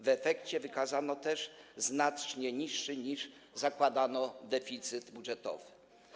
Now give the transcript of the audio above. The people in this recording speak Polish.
W efekcie wykazano też znacznie niższy, niż zakładano, deficyt budżetowy.